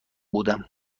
بودم